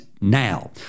now